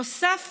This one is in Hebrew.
נוסף